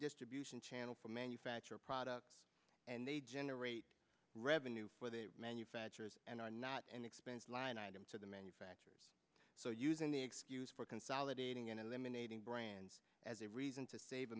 distribution channel for manufacture products and they generate revenue for the manufacturers and are not an expense line item so the manufacturer so using the excuse for consolidating and eliminating brands as a reason to save